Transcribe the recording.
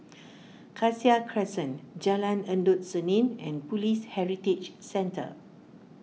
Cassia Crescent Jalan Endut Senin and Police Heritage Centre